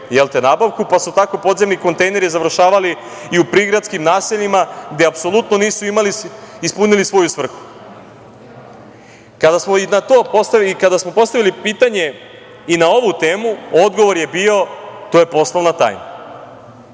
nabavku, pa su tako podzemni kontejneri završavali i u prigradskim naseljima, gde apsolutno nisu ispunili svoju svrhu. Kada smo postavili pitanje i na ovu temu, odgovor je bio - to je poslovna tajna